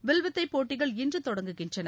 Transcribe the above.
வில்வித்தை போட்டிகளும் இன்று தொடங்குகின்றன